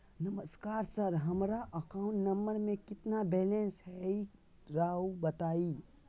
नमस्कार सर हमरा account number में कितना बैलेंस हेई राहुर बताई?